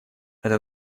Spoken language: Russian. это